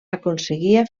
aconseguia